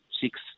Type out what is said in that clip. six